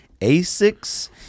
Asics